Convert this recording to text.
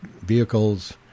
vehicles